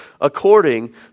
according